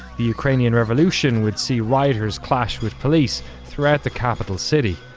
the ukrainian revolution would see rioters clash with police throughout the capital city.